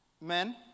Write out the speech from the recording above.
men